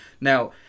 Now